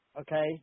Okay